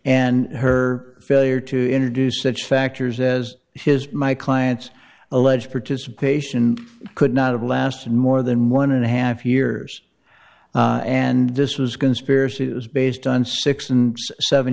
and her failure to introduce such factors as his my client's alleged participation could not have lasted more than one and a half years and this was conspiracy was based on sixty seven